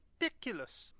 ridiculous